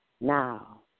now